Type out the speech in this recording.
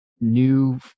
new